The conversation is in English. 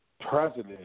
president